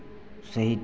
सही